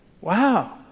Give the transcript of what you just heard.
Wow